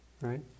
right